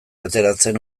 ateratzen